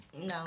No